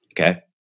okay